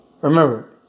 Remember